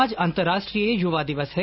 आज अंतर्राष्ट्रीय युवा दिवस है